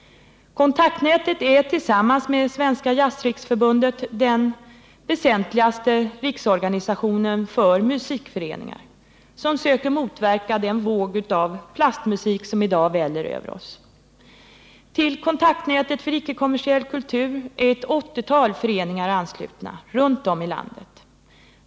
Kontaktnätet och Svenska jazzriksförbundet är de väsentligaste riksorganisationerna för musikföreningar som söker motverka den våg av plastmusik som i dag väller över oss. Till Kontaktnätet för icke-kommersiell kultur är ett 80-tal föreningar anslutna runt om i landet.